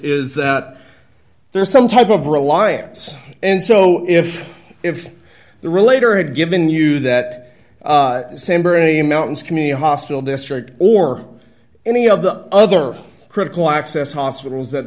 is that there is some type of reliance and so if if the relator had given you that same or any mountains community hospital district or any of the other critical access hospitals that